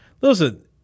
Listen